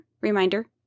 reminder